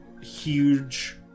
huge